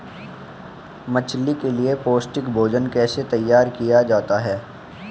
मछली के लिए पौष्टिक भोजन कैसे तैयार किया जाता है?